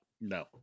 No